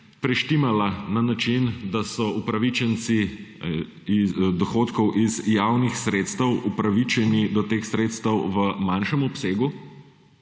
preštimala na način, da so upravičenci do odhodkov iz javnih sredstev upravičeni do teh sredstev v manjšem obsegu